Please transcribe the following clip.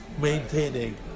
maintaining